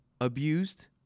Abused